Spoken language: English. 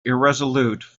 irresolute